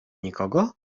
nikogo